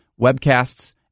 webcasts